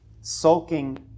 sulking